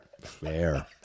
Fair